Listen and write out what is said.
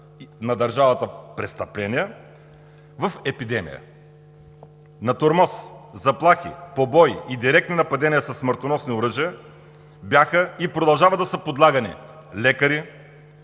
на държавата престъпления в епидемия. На тормоз, заплахи, побои и директни нападения със смъртоносни оръжия бяха и продължават да са подлагани лекари,